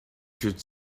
should